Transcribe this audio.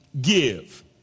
give